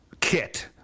kit